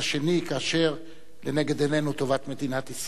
כאשר לנגד עינינו טובת מדינת ישראל.